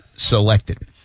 selected